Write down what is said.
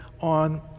on